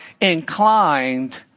inclined